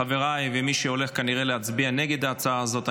חבריי ומי שהולך כנראה להצביע נגד ההצעה הזאת,